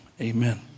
amen